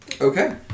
Okay